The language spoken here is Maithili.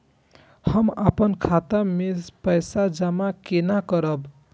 हम अपन खाता मे पैसा जमा केना करब?